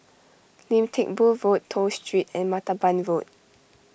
Lim Teck Boo Road Toh Street and Martaban Road